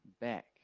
back